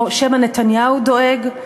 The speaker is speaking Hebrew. או שמא נתניהו דואג?